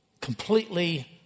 completely